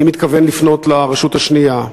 אני מתכוון לפנות לרשות השנייה.